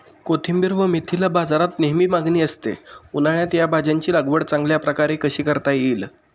कोथिंबिर व मेथीला बाजारात नेहमी मागणी असते, उन्हाळ्यात या भाज्यांची लागवड चांगल्या प्रकारे कशी करता येईल?